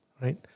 right